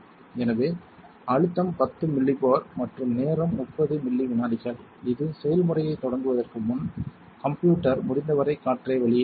எனவே அழுத்தம் 10 மில்லிபோர் மற்றும் நேரம் 30 மில்லி விநாடிகள் இது செயல்முறையைத் தொடங்குவதற்கு முன் கம்ப்யூட்டர் முடிந்தவரை காற்றை வெளியேற்றும்